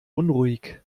unruhig